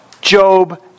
Job